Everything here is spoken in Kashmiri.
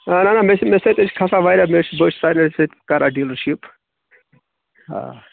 نہ نہ مےٚ سۭتۍ حظ چھِ کھسان واریاہ مےٚ حظ چھِ بہٕ حظ چھُس سارِنِیَن سۭتۍ کران دیٖلَر شِپ آ